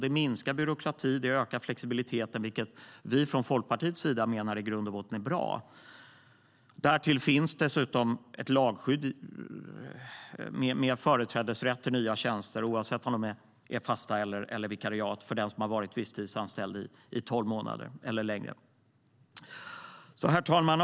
Det minskar byråkratin och ökar flexibiliteten, vilket vi från Folkpartiets sida menar i grund och botten är bra. Därtill finns ett lagskydd med företrädesrätt till nya tjänster, oavsett om de är fasta eller vikariat, för den som har varit visstidsanställd i tolv månader eller längre. Herr talman!